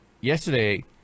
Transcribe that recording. yesterday